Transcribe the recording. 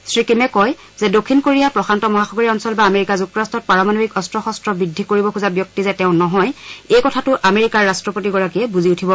শ্ৰীকিমে কয় যে দক্ষিণ কোৰিয়া প্ৰশান্ত মহাসাগৰীয় অঞ্চল বা আমেৰিকা যুক্তৰট্টত পাৰমাণৱিক অস্ত্ৰ শস্ত বৃদ্ধি কৰিব খোজা ব্যক্তি যে তেওঁ নহয় এই কথাটো আমেৰিকাৰ ৰাট্টপতিগৰাকীয়ে বুজি উঠিব